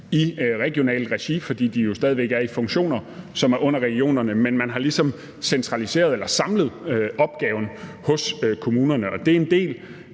i regionalt regi, fordi de jo stadig væk er i funktioner, som er under regionerne, men man har ligesom samlet opgaven hos kommunerne, og det er en del